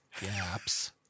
gaps